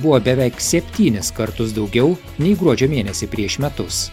buvo beveik septynis kartus daugiau nei gruodžio mėnesį prieš metus